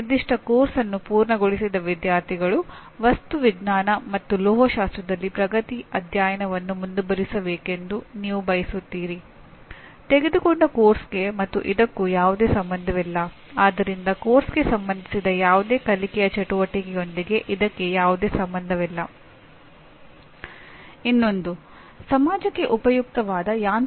ಪ್ರವೇಶ ವರ್ತನೆಯಿಂದ ನಿಮ್ಮ ವಿದ್ಯಾರ್ಥಿಗಳು ನಿಗದಿತ ಉದ್ದೇಶಗಳನ್ನು ಸಾಧಿಸಬೇಕೆಂದು ನೀವು ಬಯಸುತ್ತೀರಿ ಮತ್ತು ನಿಗದಿತ ಉದ್ದೇಶಗಳತ್ತ ಹೋಗಲು ಅನುಕೂಲವಾಗುವ ಸೂಚನಾ ಕಾರ್ಯವಿಧಾನಗಳನ್ನು ನೀವು ಈಗ ಗುರುತಿಸುತ್ತೀರಿ